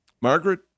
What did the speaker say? Margaret